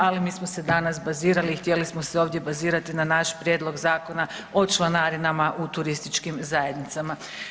Ali mi smo se danas bazirali i htjeli smo se ovdje bazirati na naš Prijedlog zakona o članarinama u turističkim zajednicama.